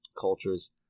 cultures